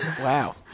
Wow